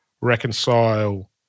reconcile